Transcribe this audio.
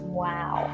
wow